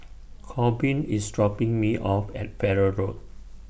Corbin IS dropping Me off At Farrer Road